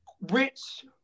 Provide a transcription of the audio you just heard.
rich